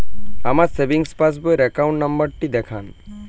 আমার সেভিংস পাসবই র অ্যাকাউন্ট নাম্বার টা দেখান?